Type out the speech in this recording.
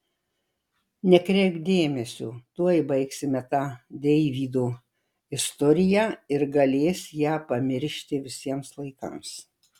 nekreipk dėmesio tuoj baigsime tą deivydo istoriją ir galės ją pamiršti visiems laikams